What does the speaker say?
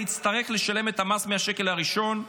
אלא יצטרך לשלם את המס מהשקל הראשון.